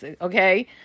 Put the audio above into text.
okay